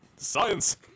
Science